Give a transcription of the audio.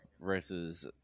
versus